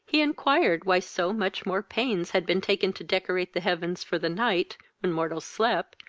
he inquired why so much more pains had been taken to decorate the heavens for the night, when mortals slept,